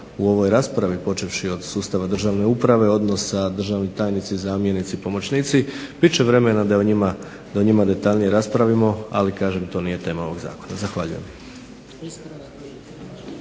u ovoj raspravi, počevši od sustava državne uprave, odnosa državni tajnici-zamjenici-pomoćnici bit će vremena da o njima detaljnije raspravimo, ali kažem to nije tema ovog zakona. Zahvaljujem.